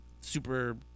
super